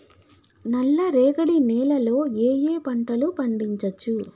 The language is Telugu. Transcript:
నల్లరేగడి నేల లో ఏ ఏ పంట లు పండించచ్చు?